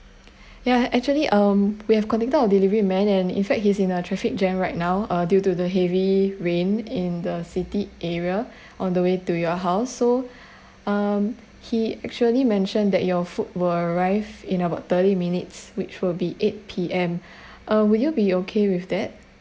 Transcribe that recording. yeah actually um we have contacted our delivery man and in fact he's in a traffic jam right now uh due to the heavy rain in the city area on the way to your house so um he actually mentioned that your food will arrive in about thirty minutes which will be eight P_M uh would you be okay with that